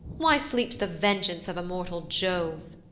why sleeps the vengeance of immortal jove?